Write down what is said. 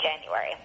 January